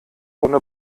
ohne